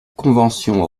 convention